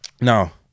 Now